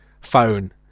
phone